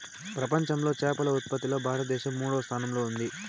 ప్రపంచంలో చేపల ఉత్పత్తిలో భారతదేశం మూడవ స్థానంలో ఉంది